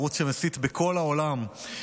ערוץ שמסית בכל העולם,